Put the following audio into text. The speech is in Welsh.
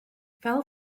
fel